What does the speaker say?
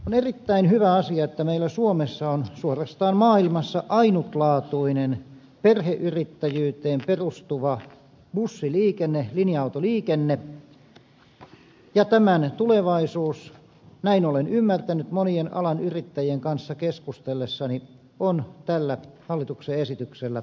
on erittäin hyvä asia että meillä suomessa on suorastaan maailmassa ainutlaatuinen perheyrittäjyyteen perustuva bussiliikenne linja autoliikenne ja tämän tulevaisuus näin olen ymmärtänyt monien alan yrittäjien kanssa keskusteltuani on tällä hallituksen esityksellä turvattu